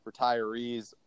retirees